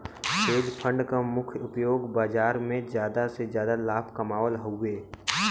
hedge fund क मुख्य उपयोग बाजार में जादा से जादा लाभ कमावल हउवे